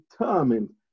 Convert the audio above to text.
determined